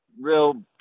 real